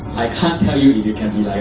i can't tell you if you can be